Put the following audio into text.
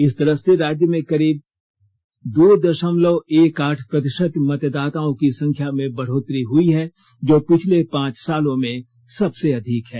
इस तरह से राज्य में करीब दो दशमलव एक आठ प्रतिशत मतदाताओं की संख्या में बढ़ोत्तरी हुई है जो पिछले पांच सालों में सबसे अधिक है